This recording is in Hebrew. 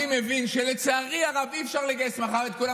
אני מבין שלצערי הרב אי-אפשר לגייס מחר את כולם,